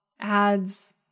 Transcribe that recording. ads